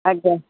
ଆଜ୍ଞା